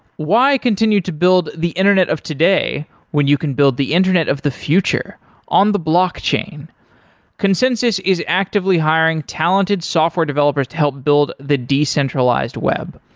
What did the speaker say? why continue to build the internet of today when you can build the internet of the future on the blockchain? consensys is actively hiring talented software developers to help build the decentralized web.